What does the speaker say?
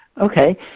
Okay